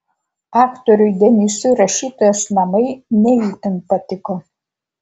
aktoriui denysui rašytojos namai ne itin patiko